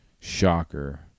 Shocker